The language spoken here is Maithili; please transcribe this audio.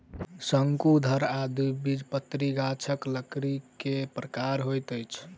शंकुधर आ द्विबीजपत्री गाछक लकड़ी के प्रकार होइत अछि